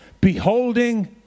beholding